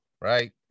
Right